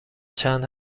چند